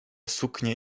suknie